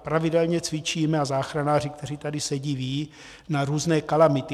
Pravidelně cvičíme, a záchranáři, kteří tady sedí, vědí, na různé kalamity.